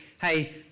hey